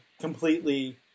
completely